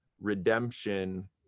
redemption